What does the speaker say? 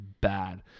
Bad